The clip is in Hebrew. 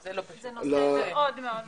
זה נושא מאוד מאוד מורכב.